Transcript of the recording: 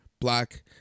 black